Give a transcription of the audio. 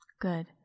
Good